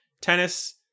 Tennis